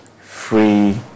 free